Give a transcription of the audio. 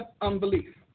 unbelief